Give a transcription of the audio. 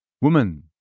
Woman